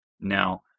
Now